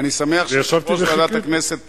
וישבתי וחיכיתי.